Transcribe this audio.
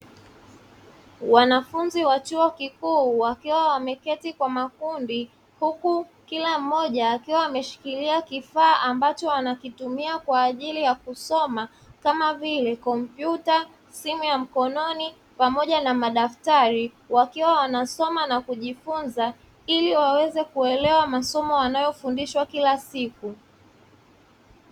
Wanafunzi wa chuo kikuu wakiwa wameketi kwa makundi, huku kila mmoja akiwa ameshikilia kifaa ambacho anakitumia kwa ajili ya kusoma, kama vile kompyuta, simu ya mkononi, pamoja na madaftari, wakiwa wanasoma na kujifunza ili waweze kuelewa masomo wanayofundishwa kila siku.